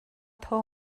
thaw